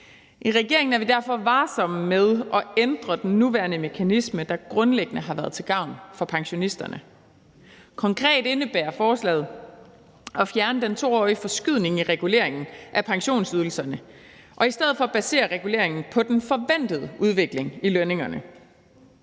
I regeringen er vi derfor varsomme med at ændre den nuværende mekanisme, der grundlæggende har været til gavn for pensionisterne. Konkret indebærer forslaget at fjerne den 2-årige forskydning i reguleringen af pensionsydelserne og i stedet for basere reguleringen på den forventede udvikling i lønningerne.